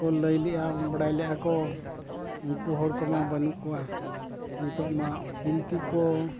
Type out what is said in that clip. ᱠᱚ ᱞᱟᱹᱭ ᱞᱮᱫᱟ ᱵᱟᱲᱟᱭ ᱞᱮᱫᱟ ᱠᱚ ᱩᱱᱠᱩ ᱦᱚᱲ ᱠᱚᱢᱟ ᱵᱟᱹᱱᱩᱜ ᱠᱚᱣᱟ ᱱᱤᱛᱳᱜᱼᱢᱟ ᱵᱤᱱᱛᱤ ᱠᱚ